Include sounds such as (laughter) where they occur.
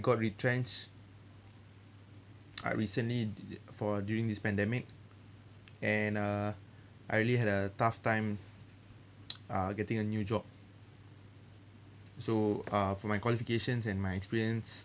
got retrenched (noise) I recently for during this pandemic and uh I really had a tough time (noise) uh getting a new job so uh for my qualifications and my experience